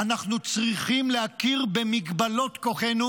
אנחנו צריכים להכיר במגבלות כוחנו.